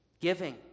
giving